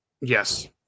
yes